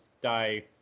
Die